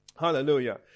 Hallelujah